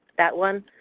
that one.